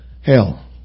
hell